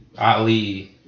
Ali